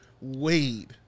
Wade